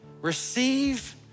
Receive